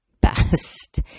best